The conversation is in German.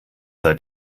seit